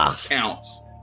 counts